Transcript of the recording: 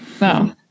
No